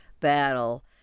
battle